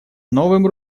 новым